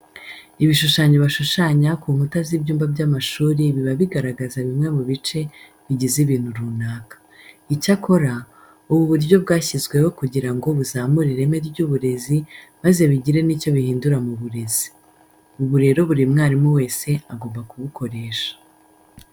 Ibishushanyo bashushanya ku nkuta z'ibyumba by'amashuri biba bigaragaza bimwe mu bice bigize ibintu runaka. Icyakora, ubu buryo bwashyizweho kugira ngo buzamure ireme ry'uburezi maze bigire n'icyo bihindura mu burezi. Ubu rero buri mwarimu wese agomba kubukoresha.